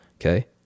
Okay